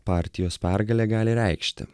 partijos pergalė gali reikšti